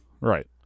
Right